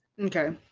Okay